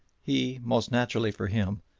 he, most naturally for him,